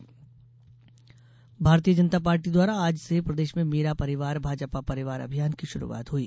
भाजपा अभियान भारतीय जनता पार्टी द्वारा आज से प्रदेश में मेरा परिवार भाजपा परिवार अभियान की श्रुआत हई